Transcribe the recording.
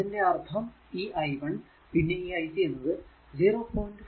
അതിന്റെ അർഥം ഈ i 1 പിന്നെ ഈ ic എന്നത് 0